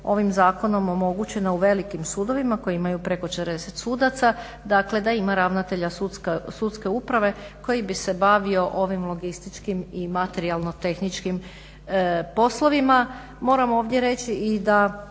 ovim zakonom omogućeno u velikim sudovima koji imaju preko 40 sudaca da ima ravnatelja sudske uprave koji bi se bavio ovim logističkim i materijalno-tehničkim poslovima. Moram ovdje reći i da